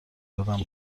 آدم